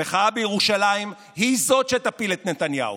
המחאה בירושלים היא שתפיל את נתניהו.